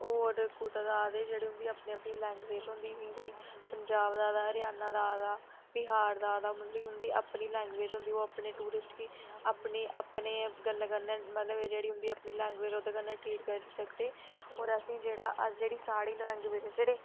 होर कुदे दा आए दे जेह्ड़े उंदी अपनी अपनी लैंग्वेज़ होंदी कोई पंजाब दा आए दा कोई हरियाणा दा आए दा बिहार दा आए दा मतलब कि उं'दी अपनी लैंग्वेज़ होंदी ओह् अपने टूरिस्ट गी अपनी अपने अपने गल्लें कन्नै मतलब जेह्ड़ी उं'दी अपनी लैंग्वेज़ ओह्दे कन्नै ट्रीट करी सकदे होर असेंगी जेह्ड़ा जेह्ड़ी साढ़ी लैंग्वेज जेह्ड़ी